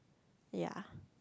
ya